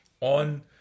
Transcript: on